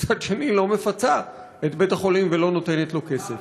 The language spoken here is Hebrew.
ומצד שני לא מפצה את בית-החולים ולא נותנת לו כסף.